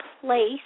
place